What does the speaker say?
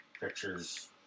pictures